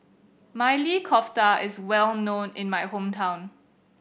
Maili Kofta is well known in my hometown